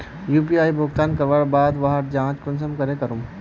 UPI भुगतान करवार बाद वहार जाँच कुंसम करे करूम?